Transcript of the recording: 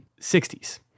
60s